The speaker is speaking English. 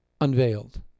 unveiled